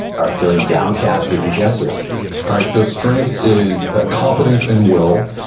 are feeling downcast or dejected all right. so, strength is ah competence and will,